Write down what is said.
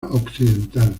occidental